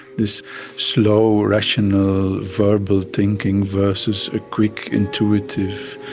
this slow, rational, verbal thinking versus a quick, intuitive,